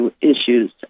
issues